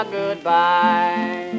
goodbye